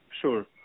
Sure